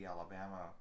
Alabama